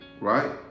right